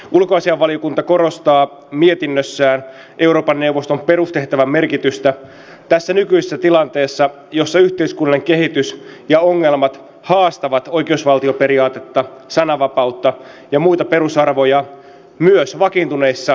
ulkoasiainvaliokunta korostaa mietinnössään euroopan neuvoston perustehtävän merkitystä tässä nykyisessä tilanteessa jossa yhteiskunnallinen kehitys ja ongelmat haastavat oikeusvaltioperiaatetta sanavapautta ja muita perusarvoja myös vakiintuneissa demokratioissa